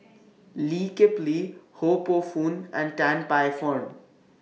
Lee Kip Lee Ho Poh Fun and Tan Paey Fern